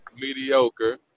mediocre